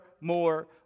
more